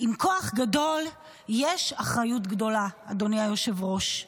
עם כוח גדול יש אחריות גדולה, אדוני היושב-ראש,